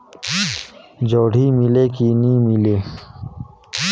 जोणी मीले कि नी मिले?